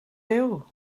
fyw